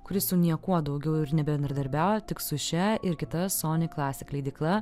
kuris su niekuo daugiau ir nebendradarbiauja tik su šia ir kita sony klasik leidykla